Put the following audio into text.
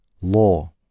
Law